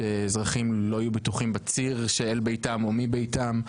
שאזרחים לא יהיו בטוחים בציר שאל ביתם או מביתם,